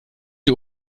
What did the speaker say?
die